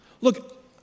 Look